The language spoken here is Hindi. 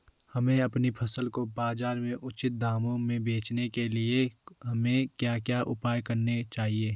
हमें अपनी फसल को बाज़ार में उचित दामों में बेचने के लिए हमें क्या क्या उपाय करने चाहिए?